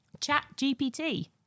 ChatGPT